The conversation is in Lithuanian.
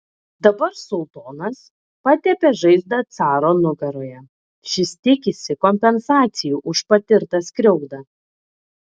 dabar sultonas patepė žaizdą caro nugaroje šis tikisi kompensacijų už patirtą skriaudą